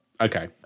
Okay